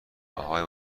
اهای